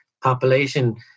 population